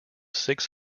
six